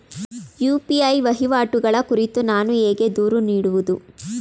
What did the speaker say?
UPI ವಹಿವಾಟುಗಳ ಕುರಿತು ನಾನು ಹೇಗೆ ದೂರು ನೀಡುವುದು?